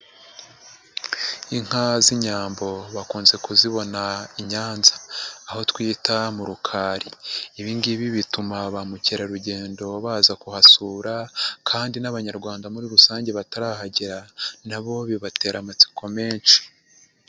Inka z'inyambo bakunze kuzibona i Nyanza aho twita Murukari, ibi ngibi bituma ba mukerarugendo baza kuhasura kandi n'abanyarwanda muri rusange batarahagera na bo bibatera amatsiko menshi.